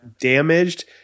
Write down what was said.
damaged